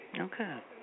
Okay